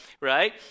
right